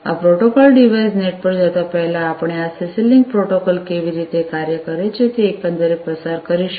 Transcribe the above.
આ protocol device net પર જતા પહેલાં આપણે આ સીસી લિંક પ્રોટોકોલ કેવી રીતે કાર્ય કરે છે તે એકંદરે પસાર કરીશું